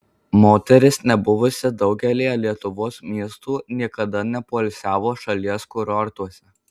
moteris nebuvusi daugelyje lietuvos miestų niekada nepoilsiavo šalies kurortuose